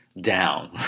down